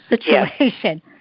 situation